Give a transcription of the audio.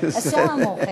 השעה מאוחרת.